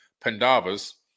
Pandavas